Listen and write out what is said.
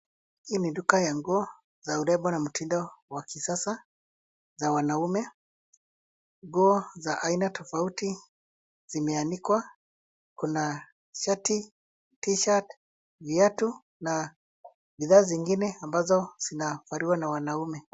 Hii ni duka ya nguo ya urembo na mtindo wa kisasa za wanaume. Nguo aina tofauti zimeanikwa. Kuna shati, tshati, viatu na vifaa vingine vinavaliwa na wanaume.